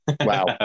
Wow